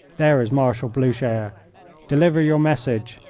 there is marshal blucher. deliver your message!